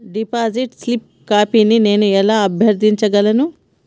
Deposit slip కాపీని నేను ఎలా అభ్యర్థించగలను?